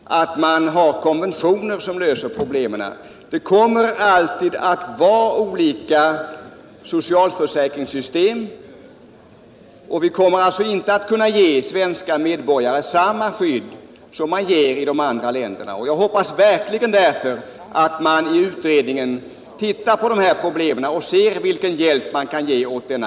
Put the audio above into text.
Herr talman! Som jag har framhållit nyss tror jag inte att konventioner ger en tillräcklig lösning på dessa problem. Olika länder kommer alltid att ha olika socialförsäkringssystem, och vi kommer därför inte att på den vägen kunna ge svenska medborgare, som vistas utomlands, samma skydd där som i hemlandet. Jag hoppas därför verkligen att utredningen skall ingående studera dessa problem och undersöka vilken hjälp som kan ges åt denna